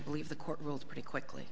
believe the court ruled pretty quickly